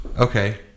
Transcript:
Okay